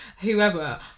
whoever